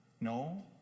No